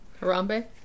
Harambe